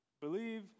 Believe